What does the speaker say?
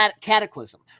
cataclysm